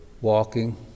walking